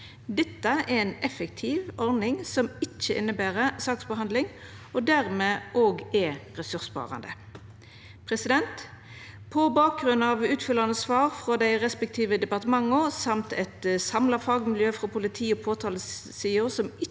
Dette er ei effektiv ordning som ikkje inneber saksbehandling, og som dermed òg er ressurssparande. På bakgrunn av utfyllande svar frå dei respektive departementa og eit samla fagmiljø frå politi- og påtalesida,